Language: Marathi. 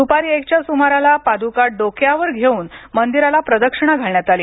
दुपारी एकच्या सुमारास पाद्का डोक्यावर घेऊन मंदिराला प्रदक्षिणा घालण्यात आली